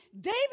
David